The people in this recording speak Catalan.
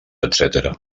etcètera